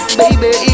baby